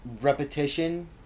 repetition